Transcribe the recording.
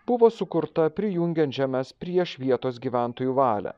buvo sukurta prijungiant žemes prieš vietos gyventojų valią